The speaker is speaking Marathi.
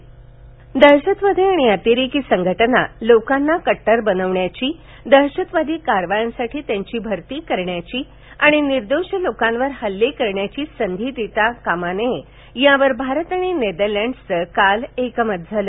भारत नेदरलंड दहशतवादी आणि अतिरेकी संघटनांना लोकांना कट्टर बनवण्याची दहशतवादी कारवायांसाठी त्यांची भरती करण्याची आणि निर्दोष लोकांवर हल्ले करण्याची संधी देता कामा नये यावर भारत आणि नेदरलैंडसचं काल एकमत झालं